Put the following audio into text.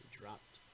dropped